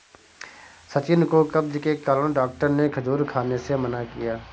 सचिन को कब्ज के कारण डॉक्टर ने खजूर खाने से मना किया